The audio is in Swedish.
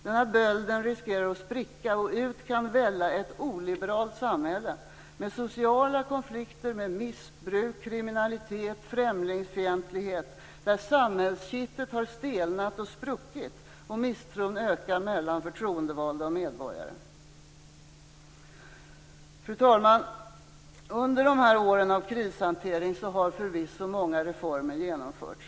Den här bölden riskerar att spricka, och ut kan välla ett oliberalt samhälle med sociala konflikter, missbruk, kriminalitet och främlingsfientlighet, ett samhälle där samhällskittet har stelnat och spruckit, och där misstron ökar mellan förtroendevalda och medborgare. Fru talman! Under dessa år av krishantering har förvisso många reformer genomförts.